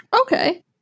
Okay